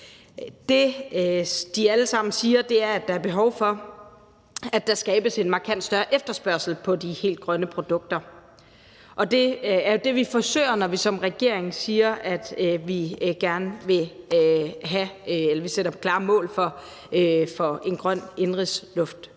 Det, de alle sammen siger, er, at der er behov for, at der skabes en markant større efterspørgsel efter de helt grønne produkter. Det er det, vi forsøger, når vi som regering sætter klare mål for en grøn indenrigsluftfart,